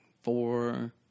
four